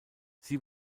sie